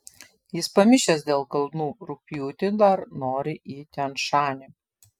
jis pamišęs dėl kalnų rugpjūtį dar nori į tian šanį